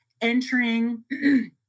entering